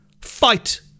fight